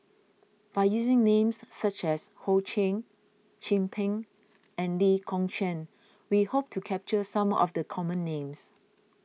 by using names such as Ho Ching Chin Peng and Lee Kong Chian we hope to capture some of the common names